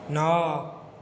ନଅ